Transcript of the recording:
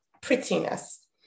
prettiness